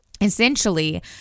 essentially